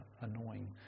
annoying